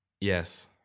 yes